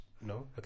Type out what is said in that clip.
No